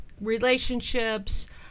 relationships